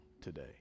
today